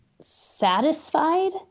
satisfied